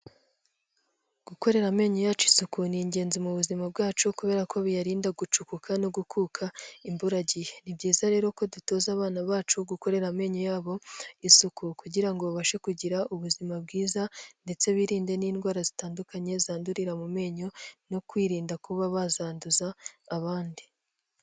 Gukorera amenyo yacu isuku ni ingenzi mu buzima bwacu kubera ko biyarinda gucukuka no gukuka imburagihe, ni byiza rero ko dutoza abana bacu gukorera amenyo yabo isuku kugira ngo babashe kugira ubuzima bwiza ndetse birinde n'indwara zitandukanye zandurira mu menyo, no kwirinda kuba bazanduza abandi.